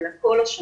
אלא כל השנה,